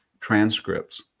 transcripts